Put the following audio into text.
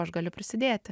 aš galiu prisidėti